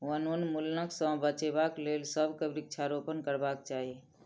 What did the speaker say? वनोन्मूलनक सॅ बचाबक लेल सभ के वृक्षारोपण करबाक चाही